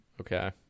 Okay